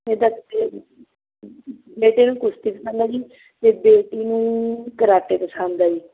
ਬੇਟੇ ਨੂੰ ਕੁਸ਼ਤੀ ਪਸੰਦ ਹੈ ਜੀ ਅਤੇ ਬੇਟੀ ਨੂੰ ਕਰਾਟੇ ਪਸੰਦ ਆ ਜੀ